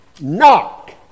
Knock